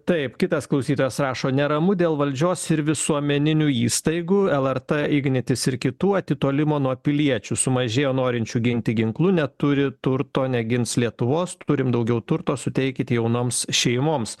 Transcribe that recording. taip kitas klausytojas rašo neramu dėl valdžios ir visuomeninių įstaigų lrt ignitis ir kitų atitolimo nuo piliečių sumažėjo norinčių ginti ginklu neturi turto negins lietuvos turim daugiau turto suteikit jaunoms šeimoms